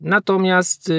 Natomiast